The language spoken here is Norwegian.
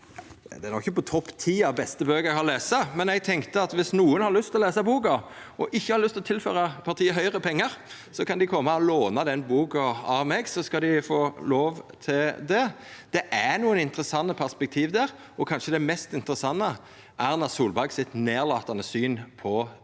Ho er nok ikkje på topp ti av dei beste bøkene eg har lese, men eg tenkte at viss nokon har lyst til å lesa boka og ikkje har lyst til å tilføra partiet Høgre pengar, kan dei koma og låna ho av meg – dei skal få lov til det. Det er nokre interessante perspektiv der. Det kanskje mest interessante er Erna Solberg sitt nedlatande syn på